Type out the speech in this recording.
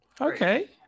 Okay